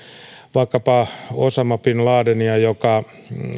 vaikkapa osama bin ladenia joka